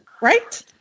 right